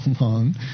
long